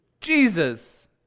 Jesus